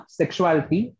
sexuality